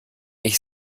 ich